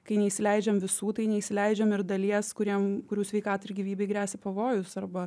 kai neįsileidžiam visų tai neįsileidžiam ir dalies kuriem kurių sveikatai ir gyvybei gresia pavojus arba